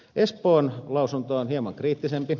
espoon lausunto on hieman kriittisempi